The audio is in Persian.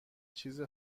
چیز